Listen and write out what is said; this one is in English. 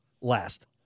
last